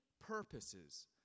purposes